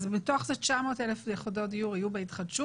אז בתוך זה 900,000 יחידות דיור יהיו בהתחדשות,